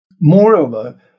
Moreover